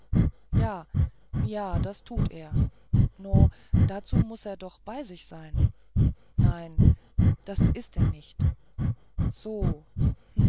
ja ja das tut er no dazu muß er doch bei sich sein nein das ist er nicht so